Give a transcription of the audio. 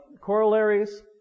corollaries